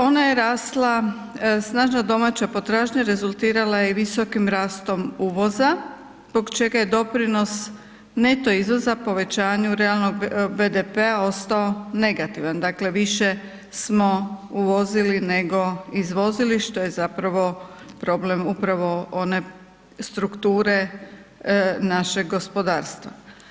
Ona je rasla, snažna domaća potražnja rezultirala je i visokim rastom uvoza, zbog čega je doprinos neto izvoza povećanju realnom BDP-a ostao negativan, dakle više smo uvozili nego izvozili, što je zapravo problem upravo one strukture našeg gospodarstva.